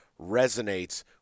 resonates